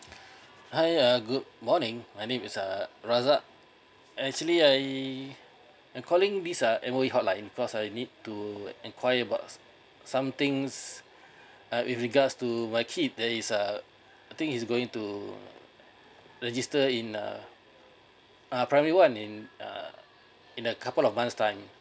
hi uh good morning my name is err razak and actually I I'm calling this uh M_O_E hotline because I need to inquire about somethings err with regards to my kid that is uh I think he's going to register in uh primary one in uh in a couple of months time